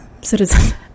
citizen